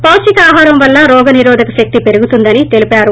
పాష్టిక ఆహారం వల్ల రోగ నిరోధక శక్తి పెరుగుతుందని తెలిపారు